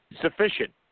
Sufficient